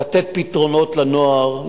לתת פתרונות לנוער,